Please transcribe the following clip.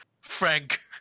Frank